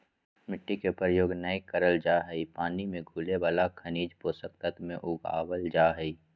मिट्टी के प्रयोग नै करल जा हई पानी मे घुले वाला खनिज पोषक तत्व मे उगावल जा हई